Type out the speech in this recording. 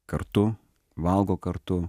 kartu valgo kartu